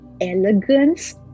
elegance